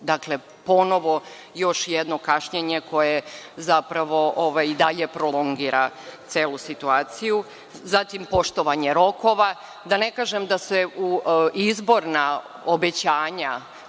Dakle, ponovo još jedno kašnjenje koje zapravo i dalje prolongira celu situaciju. Zatim, poštovanje rokova, da ne kažem da su izborna obećanja